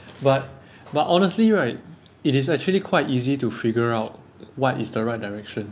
but but honestly right it is actually quite easy to figure out what is the right direction